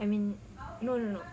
I mean no no no